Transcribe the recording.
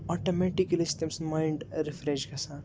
automatically چھِ تٔمۍ سُنٛد مایِنڈ رِفریش گژھان